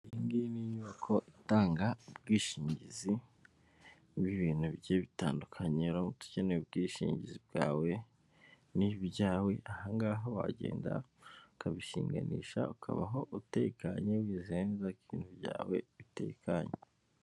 Iyi ngiyi ni inyubako itanga ubwishingizi bw'ibintu bigiye bitandukanye, uramutse ukeneye ubwishingizi bwawe n'ibyawe, aha ngaha wagenda ukabishinganisha ukabaho utekanye, wizeye neza ko ibintu byawe bitekanye.